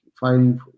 fighting